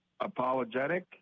apologetic